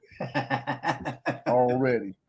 Already